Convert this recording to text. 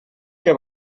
que